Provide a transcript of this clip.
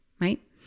right